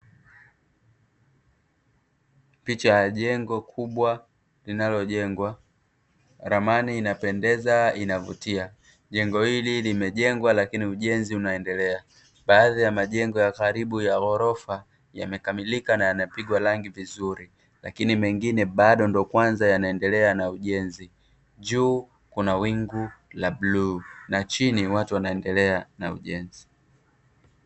Picha ya jengo kubwa linalojengwa ramani inapendeza inavutia jengo hili limejengwa lakini ujenzi unaendelea baadhi ya majengo ya karibu ya ghorofa yamekamilika na yamepigwa rangi lakini mengine bado ndio kwanza yanaendelea na ujenzi juu kuna wingu la blue na chini watu wanaendelea na ujenzi